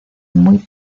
muy